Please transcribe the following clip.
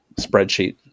spreadsheet